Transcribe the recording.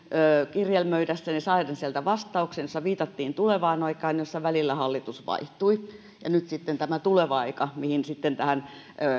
kirjelmöiden saaden sieltä vastauksen jossa viitattiin tulevaan aikaan ja siinä välillä hallitus vaihtui ja nyt sitten tämä tuleva aika jolloin sitten tähän